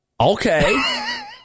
Okay